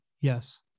Yes